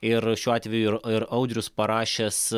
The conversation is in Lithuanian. ir šiuo atveju ir audrius parašęs